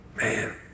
Man